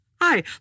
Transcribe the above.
Hi